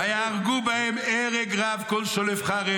"ויהרגו בהם הרג רב, כל שולף חרב"